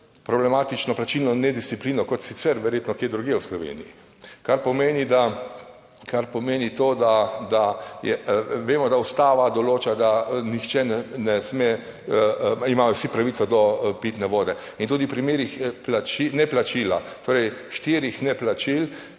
problematično plačilno nedisciplino kot sicer, verjetno kje drugje v Sloveniji. Kar pomeni, da, kar pomeni to, da je, vemo, da Ustava določa, da nihče ne sme, imajo vsi pravico do pitne vode in tudi v primerih neplačilam, torej štirih neplačil.